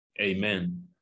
amen